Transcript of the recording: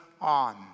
on